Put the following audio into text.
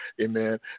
amen